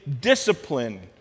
discipline